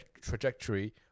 trajectory